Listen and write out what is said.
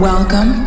Welcome